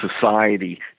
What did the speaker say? Society